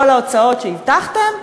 כל ההוצאות שהבטחתם,